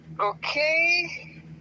okay